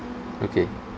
okay